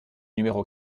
numéro